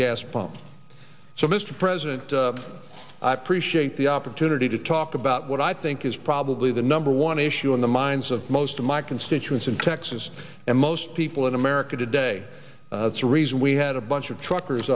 gas pump so mr president i prefer shake the opportunity to talk about what i think is probably the number one issue in the minds of most of my constituents in texas and most people in america today it's a reason we had a bunch of truckers